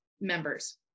members